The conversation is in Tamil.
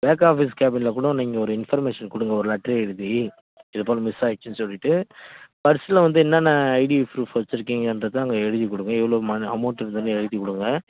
பேக் ஆஃபீஸ் கேபினில் கூட நீங்கள் ஒரு இன்பர்மேஷன் கொடுங்க ஒரு லெட்ரு எழுதி இதுபோல் மிஸ் ஆகிருச்சின் சொல்லிவிட்டு பர்ஸ்சில் வந்து என்னென்ன ஐடி ஃப்ரூஃப் வெச்சுருக்கீங்கன்றத அங்கே எழுதிக் கொடுங்க எவ்வளோ ம அமௌண்ட் இருந்ததுன்னு எழுதிக் கொடுங்க